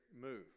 move